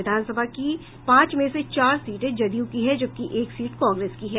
विधानसभा की पांच में चार सीट जदयू की है जबकि एक सीट कांग्रेस की है